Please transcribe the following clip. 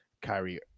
Kyrie